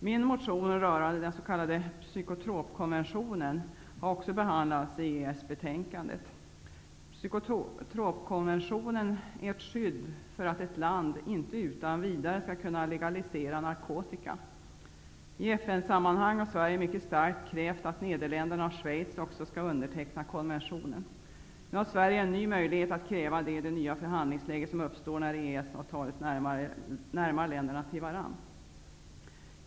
Min motion rörande den s.k. psykotropkonventionen har också behandlats i EES-betänkandet. Psykotropkonventionen är ett skydd för att ett land inte utan vidare skall kunna legalisera narkotika. I FN-sammanhang har Sverige mycket starkt krävt att Nederländerna och Schweiz också skall underteckna konventionen. Nu har Sverige en ny möjlighet att kräva det i det nya förhandligsläge som uppstår när EES-avtalet närmar länderna till varandra.